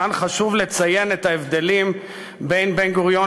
כאן חשוב לציין את ההבדלים בין בן-גוריון